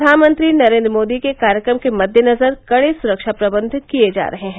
प्रधानमंत्री नरेन्द्र मोदी के कार्यक्रम के मद्देनजर कड़े सुरक्षा प्रबंध किये जा रहे हैं